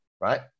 Right